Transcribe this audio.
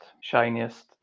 shiniest